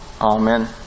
Amen